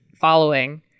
following